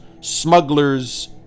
smugglers